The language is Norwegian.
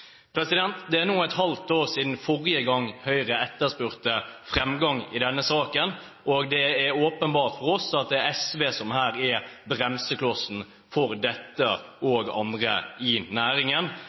Det er nå et halvt år siden forrige gang Høyre etterspurte framgang i denne saken, og det er åpenbart for oss at det er SV som her er bremsklossen for dette